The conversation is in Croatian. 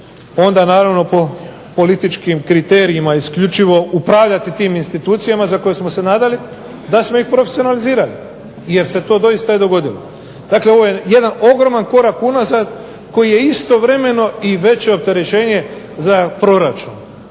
onda naravno po političkim kriterijima isključivo upravljati tim institucijama za koje smo se nadali da smo ih profesionalizirali jer se to doista i dogodilo. Dakle, ovo je jedan ogroman korak unazad koji je istovremeno i veće opterećenje za proračun.